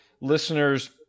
listeners